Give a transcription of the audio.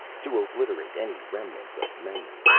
to obliterate any remnants of memory.